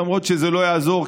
למרות שזה לא יעזור,